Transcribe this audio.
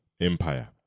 Empire